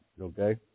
Okay